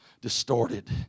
distorted